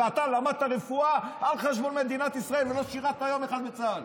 ואתה למדת רפואה על חשבון מדינת ישראל ולא שירת יום אחד בצה"ל.